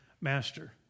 master